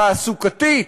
תעסוקתית,